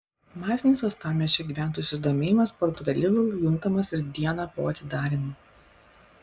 masinis uostamiesčio gyventojų susidomėjimas parduotuve lidl juntamas ir dieną po atidarymo